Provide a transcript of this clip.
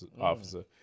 officer